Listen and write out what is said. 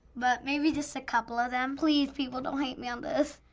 but maybe just a couple of them. please, people, don't hate me on this,